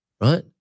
right